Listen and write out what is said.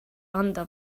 anda